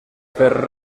fer